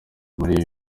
muri